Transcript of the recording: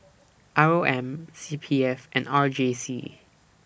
R O M C P F and R J C